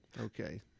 Okay